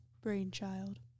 brainchild